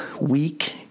weak